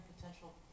potential